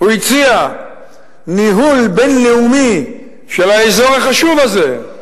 הוא הציע ניהול בין-לאומי של האזור החשוב הזה,